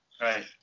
right